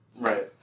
Right